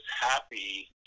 happy